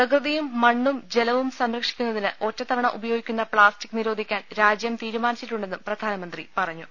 പ്രകൃതിയും മണ്ണും ജലവും സംരക്ഷിക്കുന്നതിന് ഒറ്റത്തവണ ഉപയോഗിക്കുന്ന പ്പാസ്റ്റിക് നിരോധിക്കാൻ രാജ്യം തീരുമാനിച്ചിട്ടുണ്ടെന്നും പ്രധാന മന്ത്രി പറഞ്ഞു